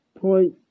point